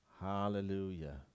Hallelujah